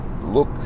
look